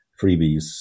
freebies